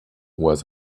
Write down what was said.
was